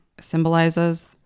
symbolizes